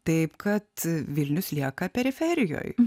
taip kad vilnius lieka periferijoj